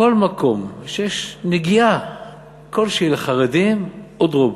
כל מקום שיש נגיעה כלשהי לחרדים, "אודרוב",